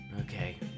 okay